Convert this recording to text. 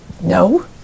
No